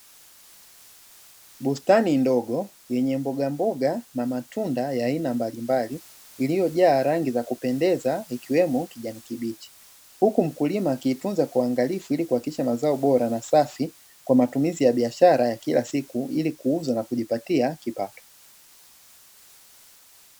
Bustani ndogo yenye mbogamboga na matunda ya aina mbalimbali iliyojaa rangi za kupendeza ikiwemo kijani kibichi, huku mkulima akiitunza kwa uangalifu ili kuhakikisha mazao bora na safi kwa matumizi ya biashara ya kila siku ili kuuza na kujipatia kipato.